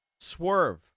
Swerve